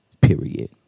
period